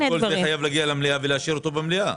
אז כל זה חייב להגיע למליאה ולהשאיר אותו במליאה.